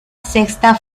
sexta